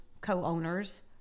co-owners